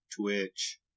Twitch